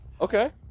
Okay